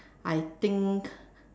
I think